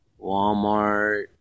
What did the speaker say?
Walmart